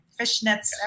Fishnets